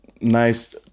nice